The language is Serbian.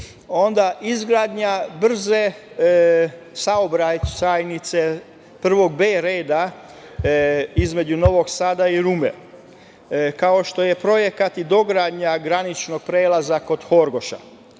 onda izgradnja brze saobraćajnice prvog B reda između Novog Sada i Rume, kao što je projekat i dogradnja graničnog prelaza kog Horgoša,